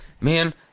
man